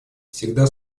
всегда